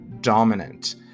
dominant